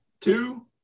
two